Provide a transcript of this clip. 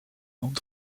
und